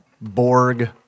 Borg